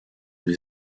les